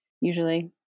usually